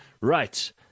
Right